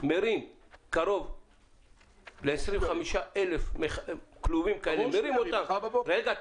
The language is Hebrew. מרים כ-25 אלף כלובים כאלה ----- רגע,